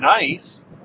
nice